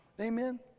Amen